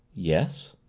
yes,